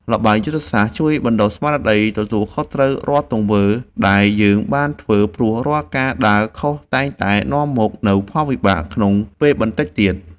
ល្បែងយុទ្ធសាស្ត្រជួយបណ្ដុះស្មារតីទទួលខុសត្រូវរាល់ទង្វើដែលយើងបានធ្វើព្រោះរាល់ការដើរខុសតែងតែនាំមកនូវផលវិបាកក្នុងពេលបន្តិចទៀត។